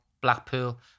Blackpool